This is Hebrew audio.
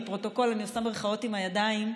לפרוטוקול, אני עושה מירכאות עם הידיים,